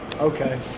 Okay